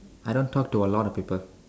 I don't talk to a lot of people